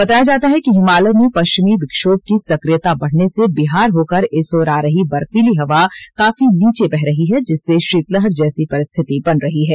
बताया जाता है कि हिमालय में पश्चिमी विक्षोभ की सक्रियता बढ़ने से बिहार होकर इस ओर आ रही बर्फीली हवा काफी नीचे बह रही है जिससे शीतलहर जैसी परिस्थिति बन रही है